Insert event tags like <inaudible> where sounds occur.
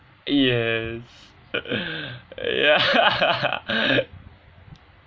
yes <laughs> yeah <laughs>